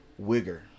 wigger